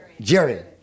Jerry